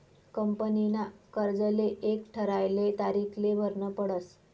कंपनीना कर्जले एक ठरायल तारीखले भरनं पडस